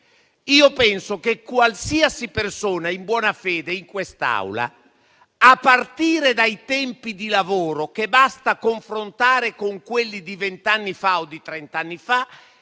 Io penso che qualsiasi persona in buona fede in quest'Aula, a partire dai tempi di lavoro che basta confrontare con quelli di vent'anni fa o di trent'anni fa,